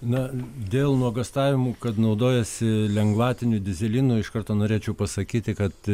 na dėl nuogąstavimų kad naudojasi lengvatiniu dyzelinu iš karto norėčiau pasakyti kad